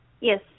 Yes